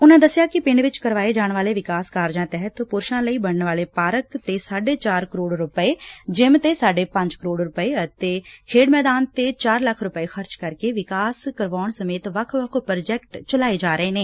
ਉਨਾਂ ਦਸਿਆ ਕਿ ਪਿੰਡ ਵਿਚ ਕਰਵਾਏ ਜਾਣ ਵਾਲੇ ਵਿਕਾਸ ਕਾਰਜਾਂ ਤਹਿਤ ਪੁਰਸ਼ਾਂ ਲਈ ਬਣਨ ਵਾਲੇ ਪਾਰਕ ਤੇ ਸਾਢੇ ਚਾਰ ਕਰੋੜ ਰੁਪੈ ਜਿੰਮ ਤੇ ਸਾਢੇ ਪੰਜ ਕਰੋੜ ਰੁਪੈ ਅਤੇ ਖੇਡ ਮੈਦਾਨ ਤੇ ਚਾਰ ਲੱਖ ਰੁਪੈ ਖਰਚ ਕੇ ਵਿਕਾਸ ਕਰਵਾਉਣ ਸਮੇਤ ਵੱਖ ਵੱਖ ਪ੍ਰੋਜੈਕਟ ਚਲਾਏ ਜਾ ਰਹੇ ਨੇ